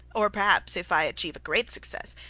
or perhaps, if i achieve great success,